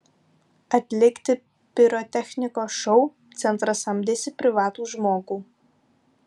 atlikti pirotechnikos šou centras samdėsi privatų žmogų